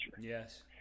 Yes